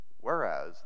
Whereas